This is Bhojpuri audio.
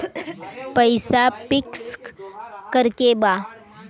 पैसा पिक्स करके बा?